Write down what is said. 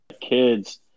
kids